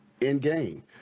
in-game